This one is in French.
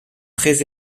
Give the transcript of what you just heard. très